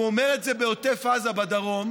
הוא אומר את זה בעוטף עזה בדרום,